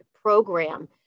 program